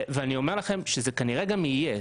ואני אומר לכם שזה כנראה גם יהיה.